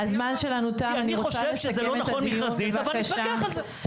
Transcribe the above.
אני חושב שזה לא נכון מכרזית אבל נתווכח על זה.